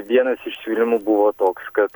vienas iš tyrimų buvo toks kad